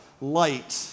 light